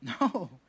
No